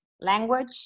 language